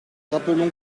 rappelons